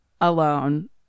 alone